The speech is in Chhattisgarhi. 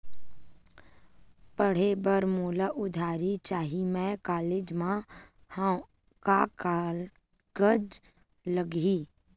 पढ़े बर मोला उधारी चाही मैं कॉलेज मा हव, का कागज लगही?